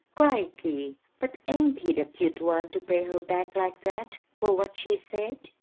crickey! but ain't he the cute one to pay her back like that, for what she said?